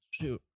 Shoot